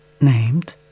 named